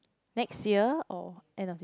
next year or end of the